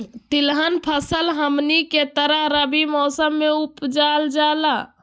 तिलहन फसल हमनी के तरफ रबी मौसम में उपजाल जाला